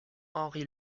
henry